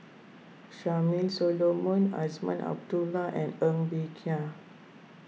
Charmaine Solomon Azman Abdullah and Ng Bee Kia